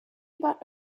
about